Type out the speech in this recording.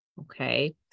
Okay